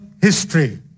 history